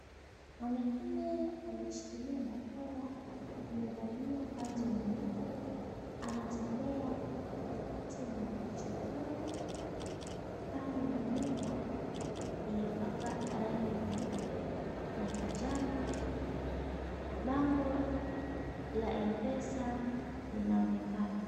Mwanaume aliyeshikilia bakora amevalia kanzu nyeupe, anatembea katikati ya kichochoro kando ya nyumba lililopakwa rangi nyeupena kijani bango la mpesa linaonekana.